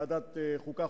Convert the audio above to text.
על שולחנה של ועדת החוקה,